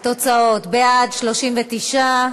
הכנסת עודד פורר יכול להגיע, הוא מביע התנגדות,